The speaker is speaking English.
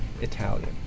Italian